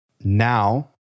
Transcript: now